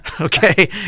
Okay